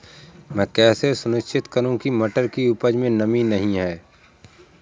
मैं कैसे सुनिश्चित करूँ की मटर की उपज में नमी नहीं है?